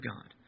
God